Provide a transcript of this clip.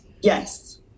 Yes